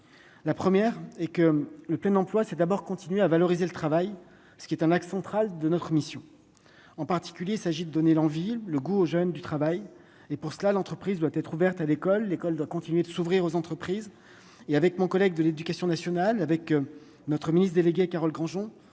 la première et que le plein emploi, c'est d'abord continuer à valoriser le travail, ce qui est un axe central de notre mission, en particulier, il s'agit de donner l'envie, le goût aux jeunes du travail et pour cela, l'entreprise doit être ouverte à l'école, l'école doit continuer de s'ouvrir aux entreprises et avec mon collègue de l'Éducation nationale avec notre ministre déléguée Carole Grangeon,